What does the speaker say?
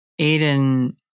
Aiden